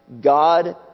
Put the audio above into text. God